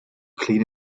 clean